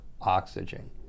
oxygen